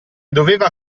doveva